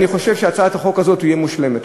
אני חושב שהצעת החוק הזאת תהיה מושלמת.